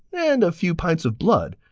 and few pints of blood.